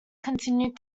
continued